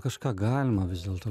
kažką galima vis dėlto